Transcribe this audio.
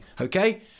okay